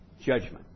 judgment